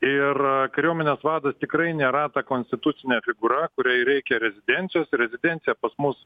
ir kariuomenės vadas tikrai nėra ta konstitucinė figūra kuriai reikia rezidencijos rezidenciją pas mus